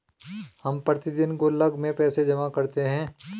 हम प्रतिदिन गुल्लक में पैसे जमा करते है